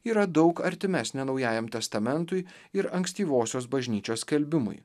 yra daug artimesnė naujajam testamentui ir ankstyvosios bažnyčios skelbimui